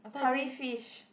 curry fish